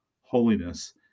holiness